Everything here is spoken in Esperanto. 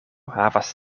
havas